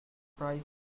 prize